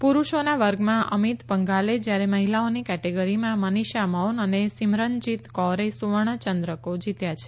પુરુષોના વર્ગમાં અમિત પંધાલે જયારે મહિલાઓની કેટેગરીમાં મનિષા મૌન અને સિમરનજીત કૌરે સુવર્ણ ચંદ્રકો જીત્યા છે